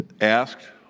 asked